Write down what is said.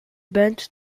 band